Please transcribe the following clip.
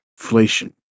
inflation